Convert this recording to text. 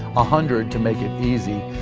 a hundred to make it easy